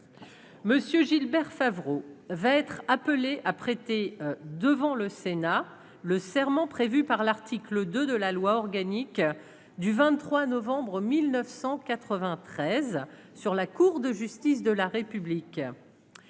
Monsieur Gilbert Favreau va être appelé à prêter devant le Sénat le serment prévue par l'article 2 de la loi organique du 23 novembre 1993 sur la Cour de justice de la République,